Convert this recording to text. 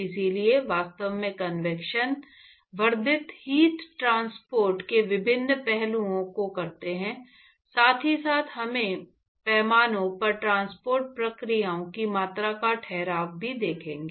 इसलिए वास्तव में कन्वेक्शन वर्धित हीट ट्रांसपोर्ट के विभिन्न पहलुओं को करते हुए साथ ही साथ बड़े पैमाने पर ट्रांसपोर्ट प्रक्रियाओं की मात्रा का ठहराव भी देखेंगे